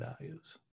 values